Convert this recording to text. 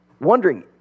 wondering